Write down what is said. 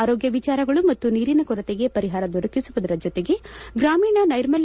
ಆರೋಗ್ಯ ವಿಚಾರಗಳು ಮತ್ತು ನೀರಿನ ಕೊರತೆಗೆ ಪರಿಹಾರ ದೊರಕಿಸುವುದರ ಜೊತೆಗೆ ಗ್ರಾಮೀಣ ನೈರ್ಮಲ್ಲ